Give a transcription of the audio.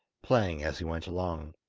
playing as he went along.